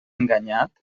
enganyat